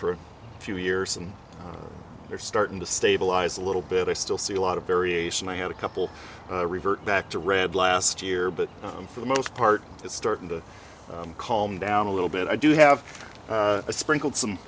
for a few years and they're starting to stabilize a little bit i still see a lot of variation i had a couple revert back to red last year but for the most part it's starting to calm down a little bit i do have a sprinkled some